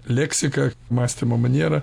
leksiką mąstymo manierą